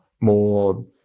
more